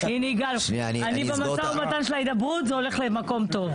אני במשא ומתן של ההידברות, זה הולך למקום טוב.